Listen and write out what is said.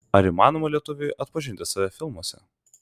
ar įmanoma lietuviui atpažinti save filmuose